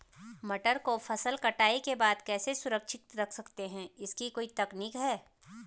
मटर को फसल कटाई के बाद कैसे सुरक्षित रख सकते हैं इसकी कोई तकनीक है?